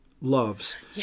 loves